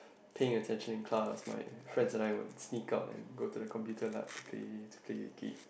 paying attention in class my friend and I would split up and go to the computer lab to play to play game